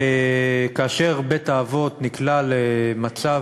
כאשר בית-האבות נקלע למצב,